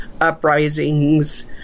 uprisings